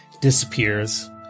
disappears